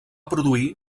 produir